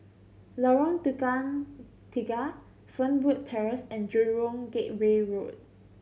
Lorong Tukang Tiga Fernwood Terrace and Jurong Gateway Road